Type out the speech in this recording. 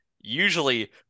usually